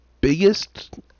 biggest